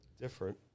different